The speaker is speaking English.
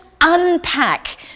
unpack